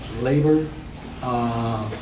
labor